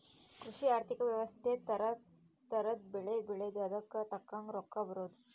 ಕೃಷಿ ಆರ್ಥಿಕ ವ್ಯವಸ್ತೆ ತರ ತರದ್ ಬೆಳೆ ಬೆಳ್ದು ಅದುಕ್ ತಕ್ಕಂಗ್ ರೊಕ್ಕ ಬರೋದು